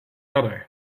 other